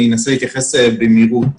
אני אנסה להתייחס במהירות